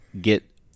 get